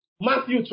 Matthew